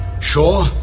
Sure